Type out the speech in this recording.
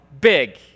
big